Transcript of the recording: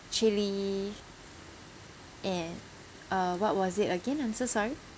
chilli and uh what was it again I'm so sorry